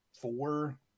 four